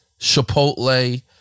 Chipotle